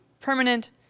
permanent